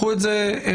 קחו את זה בחשבון.